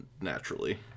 naturally